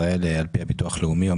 על פי הביטוח הלאומי קו העוני בישראל